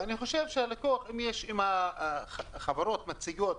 ואם החברות מציעות